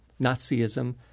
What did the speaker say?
Nazism